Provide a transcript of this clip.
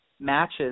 matches